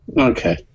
Okay